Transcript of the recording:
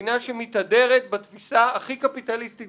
מדינה שמתהדרת בתפיסה הכי קפיטליסטית